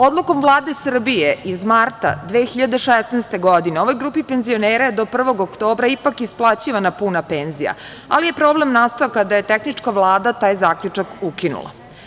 Odlukom Vlade Srbije iz marta 2016. godine, ovoj grupi penzionera je do 1. oktobra ipak isplaćivana puna penzija, ali je problem nastao kada je tehnička Vlada taj zaključak ukinula.